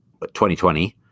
2020